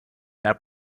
that